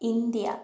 India